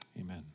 Amen